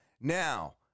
Now